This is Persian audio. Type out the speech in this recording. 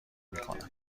میکند